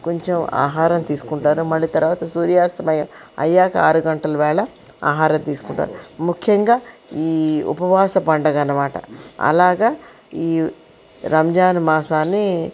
కొంచెం ఆహారం తీసుకుంటారు మళ్ళీ తరువాత సూర్యాస్తమయం అయ్యాక ఆరు గంటల వేళ ఆహారం తీసుకుంటారు ముఖ్యంగా ఈ ఉపవాస పండుగ అన్నమాట అలాగ ఈ రంజాన్ మాసాన్ని